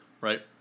Right